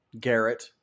Garrett